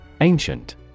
Ancient